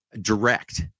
direct